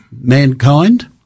Mankind